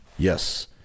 Yes